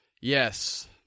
Yes